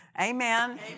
Amen